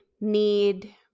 need